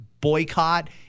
boycott